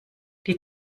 die